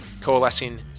coalescing